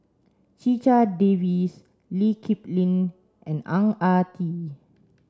Checha Davies Lee Kip Lin and Ang Ah Tee